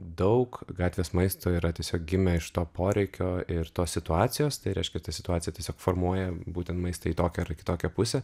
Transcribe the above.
daug gatvės maisto yra tiesiog gimę iš to poreikio ir tos situacijos tai reiškia ta situacija tiesiog formuoja būtent maistą į tokią ar į kitokią pusę